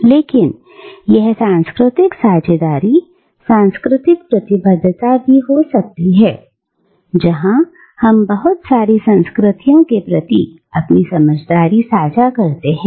लेकिन यह सांस्कृतिक साझेदारी सांस्कृतिक प्रतिबद्धता भी हो सकती है जहां हम बहुत सारी संस्कृतियों के प्रति अपनी समझदारी साझा करते हैं